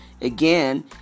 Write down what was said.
Again